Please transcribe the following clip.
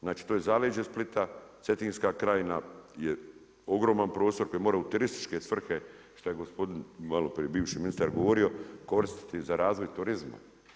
Znači to je zaleđe Splita, Cetinska krajina je ogroman prostor koji mora u turističke svrhe, šta je gospodin maloprije bivši ministar govorio, koristiti za razvoj turizma.